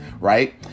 right